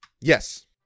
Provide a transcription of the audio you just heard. Yes